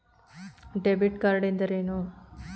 Debit card ಎಂದರೇನು?